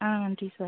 ஆ நன்றி சார்